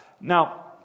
Now